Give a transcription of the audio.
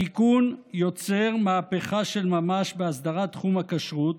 התיקון יוצר מהפכה של ממש בהסדרת תחום הכשרות,